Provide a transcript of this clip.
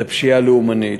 זו פשיעה לאומנית.